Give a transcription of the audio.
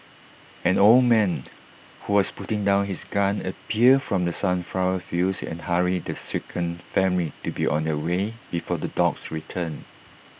an old man who was putting down his gun appeared from the sunflower fields and hurried the shaken family to be on their way before the dogs return